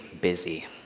busy